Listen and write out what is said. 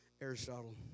Aristotle